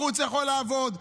בחוץ הוא יכול לעבוד,